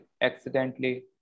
accidentally